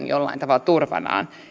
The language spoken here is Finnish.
jollain tavalla heidän turvanaan